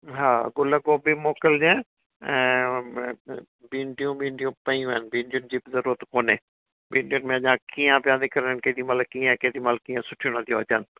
हा गुल गोभी मोकिलिजो ऐं भींडियूं ॿींडियूं पियूं आहिनि भींडियुनि जी बि ज़रूरत कोन्हे भींडियुनि में अञा कीआं पिया निकिरनि केॾी महिल कीअं आहे केॾी महिल कीअं सुठियूं नथियूं अचनि